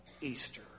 Easter